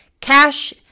cash